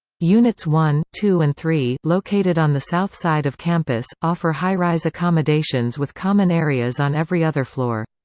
units one, two and three, located on the south side of campus, offer high-rise accommodations with common areas on every other floor.